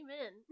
Amen